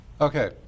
Okay